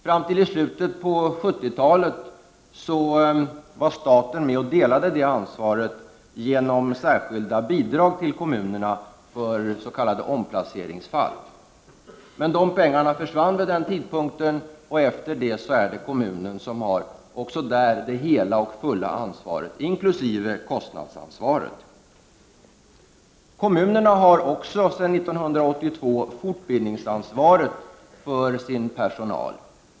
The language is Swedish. Fram till slutet av 70-talet delade staten det ansvaret genom särskilda bidrag till kommunerna för s.k. omplaceringsfall. De pengarna försvann emellertid vid den tidpunkten, och därefter är det kommunerna som har det hela och fulla ansvaret, inkl. kostnadsanvaret. Kommunerna har också sedan 1982 fortbildningsansvaret för sin personal.